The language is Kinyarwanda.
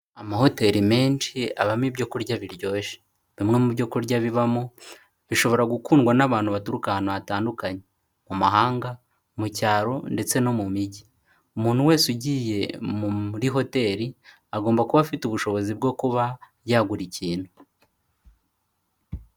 Amahoteli menshi abamo ibyo kurya biryoshye, bimwe mu byo kurya bibamo, bishobora gukundwa n'abantu baturuka ahantu hatandukanye, mu mahanga, mu cyaro ndetse no mu mijyi. Umuntu wese ugiye muri hoteli, agomba kuba afite ubushobozi bwo kuba yagura ikintu.